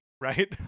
right